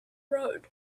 road